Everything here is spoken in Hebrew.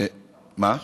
מה?